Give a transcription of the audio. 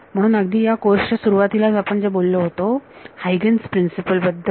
म्हणून अगदी या कोर्स च्या सुरुवातीलाच आपण जे बोललो होतो हायगन्स प्रिन्सिपलHuygen's Principle बद्दल